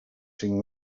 cinc